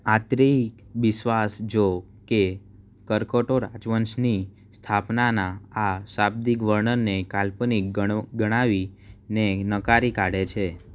આત્રેઇક બિસ્વાસ જો કે કરકોટો રાજવંશની સ્થાપનાનાં આ શાબ્દિક વર્ણનને કાલ્પનિક ગણાવી ને નકારી કાઢે છે